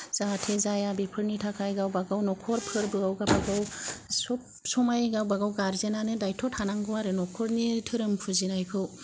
जाहाथे जाया बेफोरनि थाखाय गावबा गाव न'खर फोरबोआव गावबा गाव सब समाय गावबा गाव गार्जेनानो दायित्थ' थानांगौ आरो न'खरनि धोरोम फुजिनायखौ